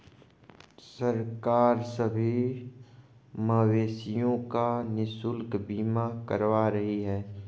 सरकार सभी मवेशियों का निशुल्क बीमा करवा रही है